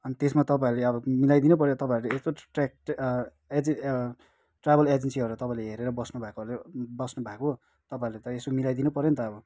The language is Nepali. अनि त्यसमा तपाईँहरूले अब मलाइदिनु पऱ्यो तपाईँहरूले ट्राभल एजेन्सीहरूलाई हेरेर बस्नु भएकोहरू बस्नु भएको तपाईँहरूले त यसो मिलाइदिनु पऱ्यो नि त अब